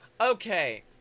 Okay